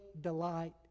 delight